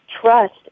trust